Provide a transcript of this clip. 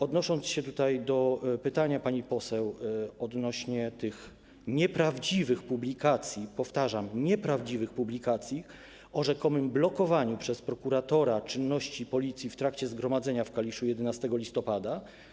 Odnosząc się do pytania pani poseł w sprawie tych nieprawdziwych publikacji - powtarzam: nieprawdziwych publikacji - o rzekomym blokowaniu przez prokuratora czynności Policji w trakcie zgromadzenia w Kaliszu 11 listopada.